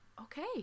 okay